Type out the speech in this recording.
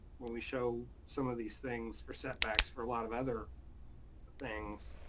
when we show some of these things for setbacks, for a lot of other things,